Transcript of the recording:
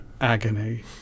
agony